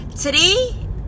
Today